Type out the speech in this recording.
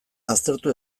aztertu